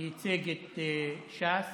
שייצג את ש"ס